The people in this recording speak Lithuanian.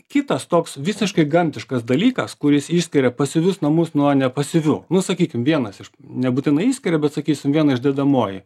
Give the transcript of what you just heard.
kitas toks visiškai gamtiškas dalykas kuris išskiria pasyvius namus nuo nepasyvių nu sakykim vienas iš nebūtinai išskiria bet sakysim viena iš dedamoji